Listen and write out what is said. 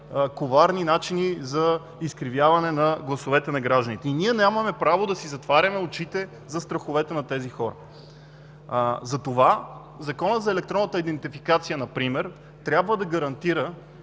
коварни начини за изкривяване на гласовете на гражданите. Ние нямаме право да си затваряме очите за страховете на тези хора. Затова Законът за електронната идентификация трябва да гарантира,